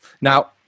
Now